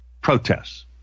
protests